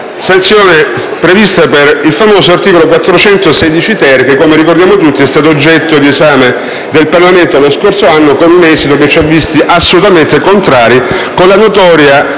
sanzione prevista per il famoso articolo 416-*ter* che, come ricordiamo tutti, è stato oggetto di esame del Parlamento lo scorso anno con un esito che ci ha visto contrari con la notoria,